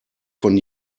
von